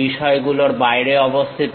বিষয়গুলোর বাইরে অবস্থিত